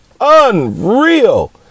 unreal